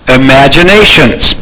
imaginations